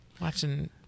Watching